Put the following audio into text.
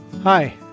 Hi